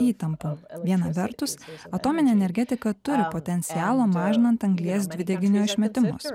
įtampa viena vertus atominė energetika turi potencialo mažinant anglies dvideginio išmetimus